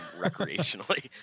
recreationally